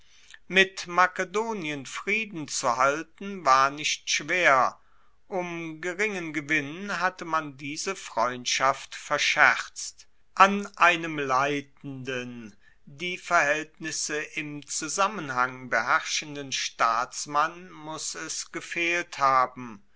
mit makedonien frieden zu halten war nicht schwer um geringen gewinn hatte man diese freundschaft verscherzt an einem leitenden die verhaeltnisse im zusammenhang beherrschenden staatsmann muss es gefehlt haben